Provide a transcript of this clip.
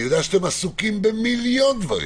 אני יודע שאתם עסוקים במיליון דברים,